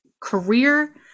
career